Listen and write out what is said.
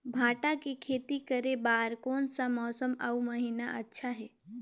भांटा के खेती करे बार कोन सा मौसम अउ महीना अच्छा हे?